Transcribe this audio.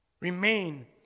Remain